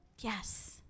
Yes